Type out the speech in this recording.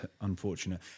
unfortunate